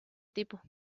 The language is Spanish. tipo